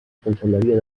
conselleria